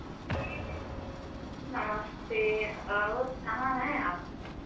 नमस्ते और कहाँ हैं आप